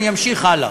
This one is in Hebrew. אני אמשיך הלאה.